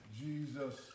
Jesus